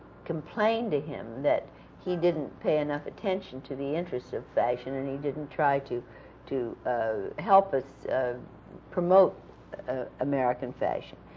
complained to him that he didn't pay enough attention to the interests of fashion, and he didn't try to to ah help us promote american fashion.